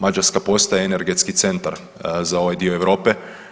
Mađarska postaje energetski centar za ovaj dio Europe.